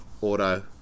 auto